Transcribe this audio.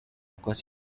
ocasión